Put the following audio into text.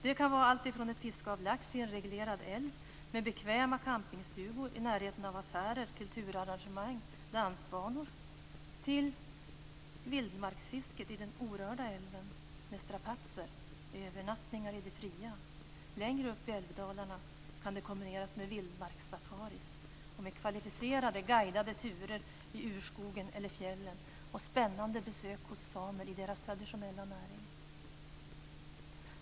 Det kan vara alltifrån ett fiske av lax i en reglerad älv med bekväma campingstugor i närheten av affärer, kulturarrangemang, dansbanor till vildmarksfisket i den orörda älven med strapatser och övernattningar i det fria. Längre upp i älvdalarna kan det kombineras med vildmarkssafari och med kvalificerade guidade turer i urskogen eller fjällen och spännande besök hos samer i deras traditionella näring.